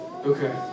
Okay